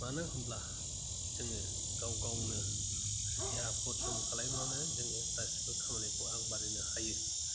मानो होमब्ला जोङो गाव गावनो देहा परिस्रम खालायब्लानो जोङो गासिबो खामानिखौ आग बारिनो हायो